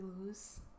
lose